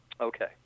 Okay